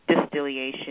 distillation